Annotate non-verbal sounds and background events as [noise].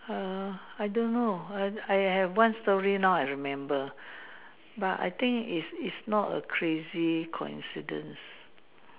[noise] I don't know I I have one story now I remember but I think it's it's it's not a crazy coincidence